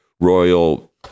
royal